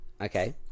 Okay